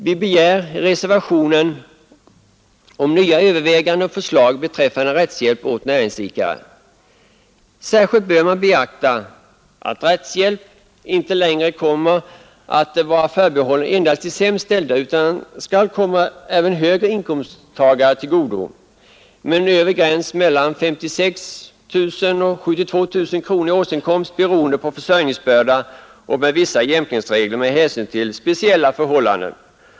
Vi begär i reservationen nya överväganden och förslag beträffande rättshjälp åt näringsidkare. Särskilt bör man beakta att rättshjälp inte längre kommer att vara förbehållen de sämst ställda utan skall komma även högre inkomsttagare till del — den övre gränsen går mellan 56 000 och 72 000 kronor i årsinkomst, beroende på försörjningsbörda, och det finns vissa jämkningsregler för speciella förhållanden.